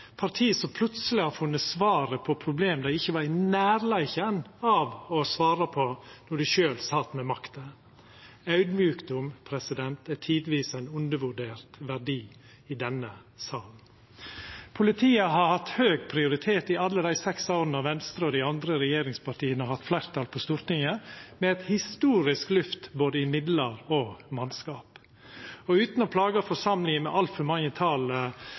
parti som plutseleg har funne svaret på problem dei ikkje var i nærleiken av å svara på då dei sjølve sat med makta. Det å vera audmjuk er tidvis ein undervurdert verdi i denne salen. Politiet har hatt høg prioritet i alle dei seks åra Venstre og dei andre regjeringspartia har hatt fleirtal på Stortinget, med eit historisk lyft både i midlar og mannskap. Utan å plaga forsamlinga med altfor mange tal